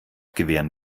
gewähren